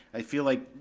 i feel like,